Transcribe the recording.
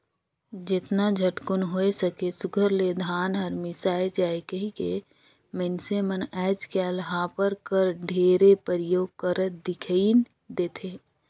जेतना झटकुन होए सके सुग्घर ले धान हर मिसाए जाए कहिके मइनसे मन आएज काएल हापर कर ढेरे परियोग करत दिखई देथे